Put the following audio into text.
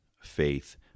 faith